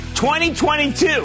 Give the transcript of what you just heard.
2022